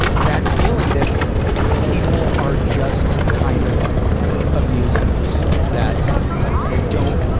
that feeling that people are just kind of amusing us. that they don't,